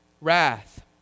Wrath